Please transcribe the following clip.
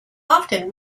often